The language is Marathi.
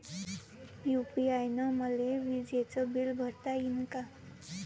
यू.पी.आय न मले विजेचं बिल भरता यीन का?